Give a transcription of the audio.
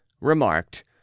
remarked